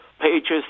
pages